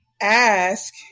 ask